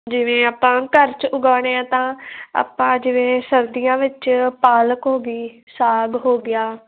ਜਿਵੇਂ ਆਪਾਂ ਘਰ 'ਚ ਉਗਾਉਂਦੇ ਹਾਂ ਤਾਂ ਆਪਾਂ ਜਿਵੇਂ ਸਰਦੀਆਂ ਵਿੱਚ ਪਾਲਕ ਹੋ ਗਈ ਸਾਗ ਹੋ ਗਿਆ